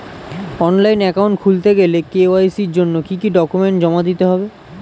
Online account খুলতে গেলে KYC জন্য কি কি ডকুমেন্ট জমা দিতে হবে?